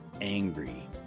angry